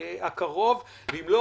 בשבוע הקרוב ואם לא,